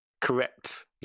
Correct